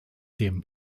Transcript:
dem